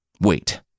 Wait